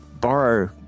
borrow